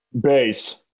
Bass